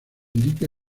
indique